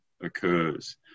occurs